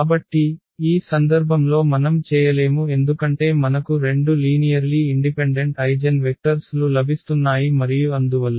కాబట్టి ఈ సందర్భంలో మనం చేయలేము ఎందుకంటే మనకు 2 లీనియర్లీ ఇండిపెండెంట్ ఐగెన్వెక్టర్స్ లు లభిస్తున్నాయి మరియు అందువల్ల